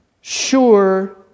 sure